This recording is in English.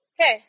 Okay